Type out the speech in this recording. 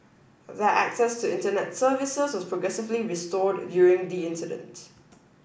their access to Internet services was progressively restored during the incident